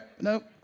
nope